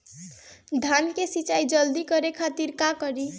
धान के सिंचाई जल्दी करे खातिर का करी?